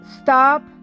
Stop